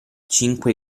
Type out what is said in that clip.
cinque